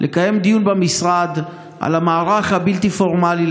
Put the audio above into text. לקיים דיון במשרד על המערך הבלתי-פורמלי,